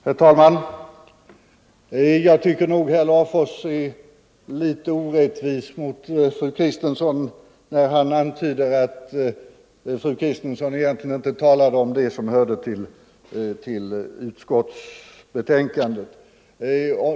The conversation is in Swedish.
Herr talman! Jag tycker att herr Larfors var litet orättvis mot fru Kristensson när han antydde att fru Kristensson egentligen inte talade om det som behandlas i utskottsbetänkandet.